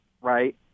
right